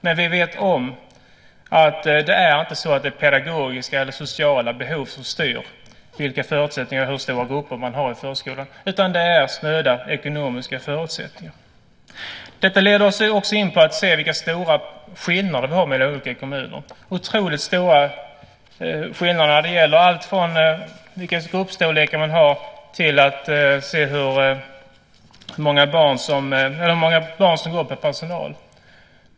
Men vi vet att det inte är pedagogiska eller sociala behov som styr hur stora grupper man har i förskolan. Det är snöda ekonomiska förutsättningar. Detta leder oss också in på att se vilka stora skillnader vi har mellan olika kommuner. Det är otroligt stora skillnader när det gäller allt från vilka gruppstorlekar man har till att se hur många barn det är per personal.